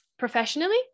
professionally